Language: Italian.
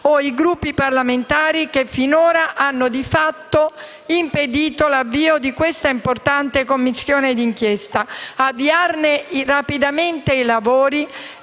o i Gruppi parlamentari che finora hanno di fatto impedito l'avvio di questa importante Commissione d'inchiesta. Avviarne rapidamente i lavori